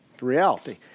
reality